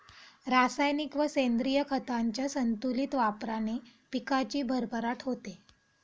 रासायनिक व सेंद्रिय खतांच्या संतुलित वापराने पिकाची भरभराट होते